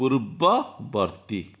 ପୂର୍ବବର୍ତ୍ତୀ